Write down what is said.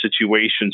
situations